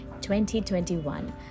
2021